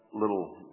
little